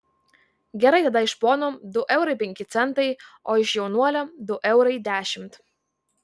gerai tada iš pono du eurai penki centai o iš jaunuolio du eurai dešimt